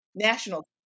national